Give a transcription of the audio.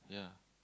yeah